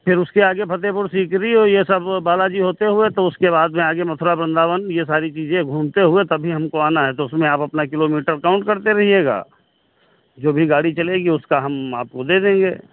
फिर उसके आगे फतेहपुर सीकरी औ ये सब बालाजी होते हुए तो उसके बाद में आगे मथुरा वृंदावन यह सारी चीज़ें घूमते हुए तभी हमको आना है तो उसमें आप अपना किलोमीटर काउंट करते रहिएगा जो भी जो भी गाड़ी चलेगी उसका हम आपको दे देंगे